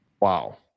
Wow